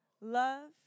love